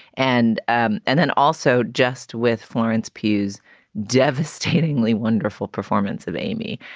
and and and then also just with florence pugh's devastatingly wonderful performance of amy.